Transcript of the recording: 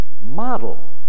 model